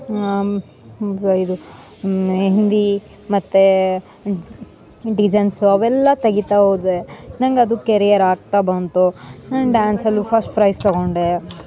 ಇದು ಮೆಹೆಂದಿ ಮತ್ತು ಡಿಝೈನ್ಸು ಅವೆಲ್ಲ ತೆಗಿತಾ ಹೋದ್ರೆ ನಂಗ ಅದು ಕೆರಿಯರ್ ಆಗ್ತಾ ಬಂತು ನಾನು ಡ್ಯಾನ್ಸಲ್ಲು ಫಸ್ಟ್ ಪ್ರೈಝ್ ತಗೊಂಡೆ